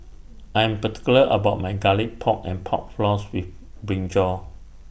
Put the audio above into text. I'm particular about My Garlic Pork and Pork Floss with Brinjal